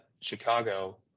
Chicago